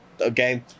okay